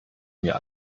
mir